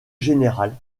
générale